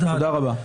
תודה רבה.